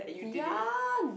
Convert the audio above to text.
ya